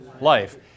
life